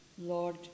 Lord